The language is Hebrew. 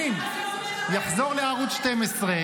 לא, אני שואל,